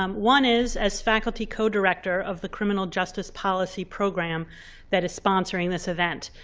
um one is as faculty co-director of the criminal justice policy program that is sponsoring this event.